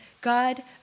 God